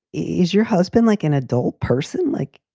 is your husband like an adult person? like,